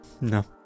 No